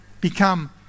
become